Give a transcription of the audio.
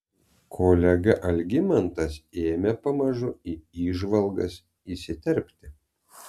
kolega algimantas ėmė pamažu į įžvalgas įsiterpti